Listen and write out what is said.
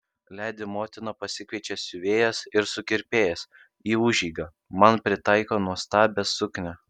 ledi motina pasikviečia siuvėjas ir sukirpėjas į užeigą man pritaiko nuostabią suknią